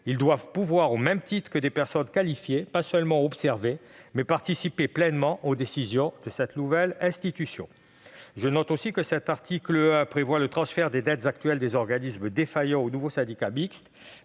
doivent pouvoir, au même titre que des personnes qualifiées, non seulement observer, mais participer pleinement aux décisions prises par la nouvelle institution. Je note aussi que l'article 1 prévoit le transfert des dettes actuelles des organismes défaillants au nouveau syndicat mixte.